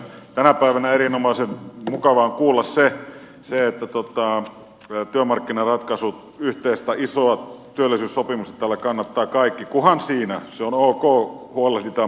tänä päivänä erinomaisen mukavaa on kuulla se että työmarkkinaratkaisun yhteistä isoa työllisyyssopimusta täällä kannattavat kaikki kunhan siinä se on ok huolehditaan myöskin palkansaajien ostovoimasta